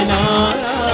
Nara